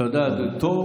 תודה, דודי.